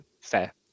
fair